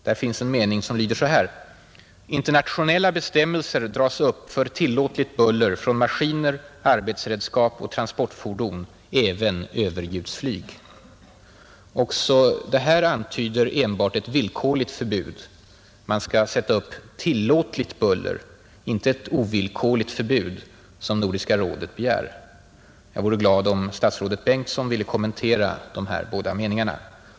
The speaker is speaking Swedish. Där finns en mening som lyder så här: ”Internationella bestämmelser dras upp för tillåtligt buller från maskiner, arbetsredskap och transportfordon, även överljudsflyg.” Också detta antyder enbart ett villkorligt förbud. Man skall sätta upp ”tillåtligt buller”, inte ett ovillkorligt förbud, som Nordiska rådet begärt. Jag vore glad om statsrådet Bengtsson ville kommentera dessa båda meningar.